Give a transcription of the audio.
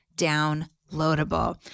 downloadable